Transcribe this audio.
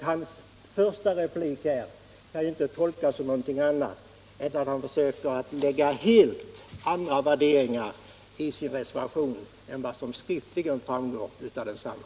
Hans första replik kan inte tolkas som annat än att han försöker lägga helt andra värderingar till sin reservation än vad som skriftligen framgår av densamma.